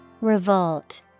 Revolt